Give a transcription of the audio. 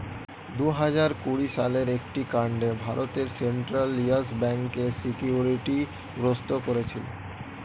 দুহাজার কুড়ি সালের একটি কাণ্ডে ভারতের সেন্ট্রাল ইয়েস ব্যাঙ্ককে সিকিউরিটি গ্রস্ত করেছিল